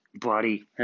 Body